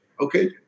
Okay